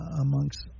amongst